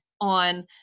on